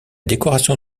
décoration